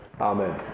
Amen